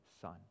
son